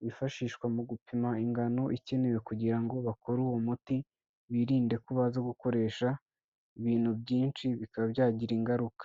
wifashishwa mu gupima ingano ikenewe kugira ngo bakore uwo muti, birinde ko baza gukoresha ibintu byinshi bikaba byagira ingaruka.